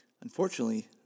Unfortunately